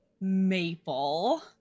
Maple